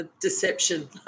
Deception